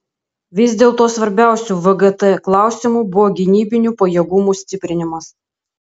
vis dėlto svarbiausiu vgt klausimu buvo gynybinių pajėgumų stiprinimas